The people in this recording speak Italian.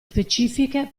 specifiche